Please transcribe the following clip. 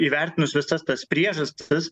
įvertinus visas tas priežastis